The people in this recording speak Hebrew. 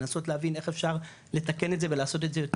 לנסות להבין איך אפשר לתקן את זה ולעשות את זה יותר